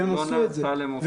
אמרו להם והם עשו את זה.